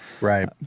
right